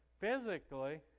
Physically